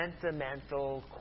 sentimental